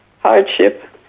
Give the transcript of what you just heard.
hardship